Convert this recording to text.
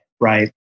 right